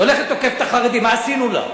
היא הולכת ותוקפת את החרדים, מה עשינו לה?